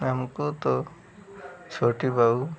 अए हमको तो छोटी बहू